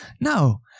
No